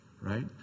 right